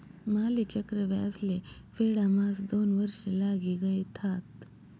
माले चक्रव्याज ले फेडाम्हास दोन वर्ष लागी गयथात